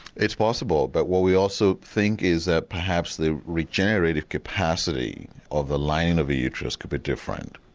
it's possible but what we also think is that perhaps the regenerated capacity of the lining of a uterus could be different.